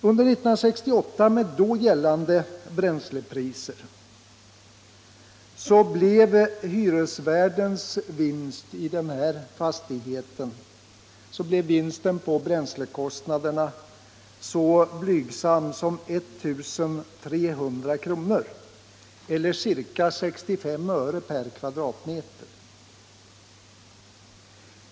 Under år 1968 — med då gällande bränslepriser — blev hyresvärdens vinst på bränslekostnaderna i den här fastigheten så blygsam som 1 300 kr. eller ca 65 öre/m'.